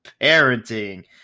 Parenting